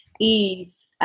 ease